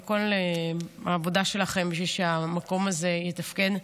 על כל העבודה שלכם בשביל שהמקום הזה יתפקד.